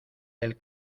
del